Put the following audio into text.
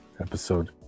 episode